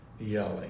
yelling